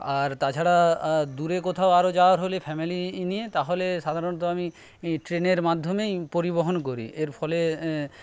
আর তাছাড়া দূরে কোথাও আরও যাওয়ার হলে ফ্যামিলি নিয়ে তাহলে সাধারণত আমি ট্রেনের মাধ্যমেই পরিবহন করি এরফলে